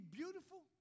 beautiful